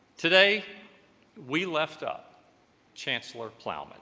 today we left up chancellor plowman